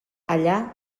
allà